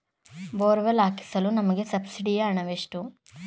Borewell ಹಾಕಿಸಲು ನಮಗೆ ಸಬ್ಸಿಡಿಯ ಹಣವೆಷ್ಟು?